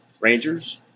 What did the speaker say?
Rangers